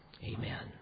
Amen